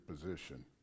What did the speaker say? position